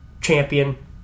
champion